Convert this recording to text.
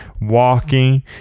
walking